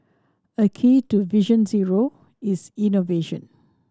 a key to Vision Zero is innovation